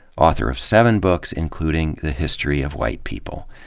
author of seven books including the history of white people.